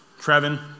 Trevin